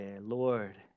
Lord